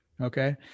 okay